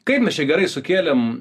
kaip mes čia gerai sukėlėm